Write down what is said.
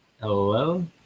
Hello